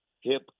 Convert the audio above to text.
hip